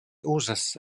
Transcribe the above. uzas